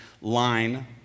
line